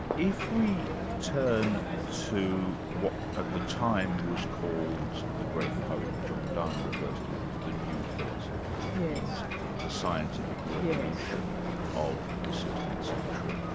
if we turn to what at the time was called the great poet john donne refers to it as the new philosophy, which means the scientific revolution of the sixteenth century,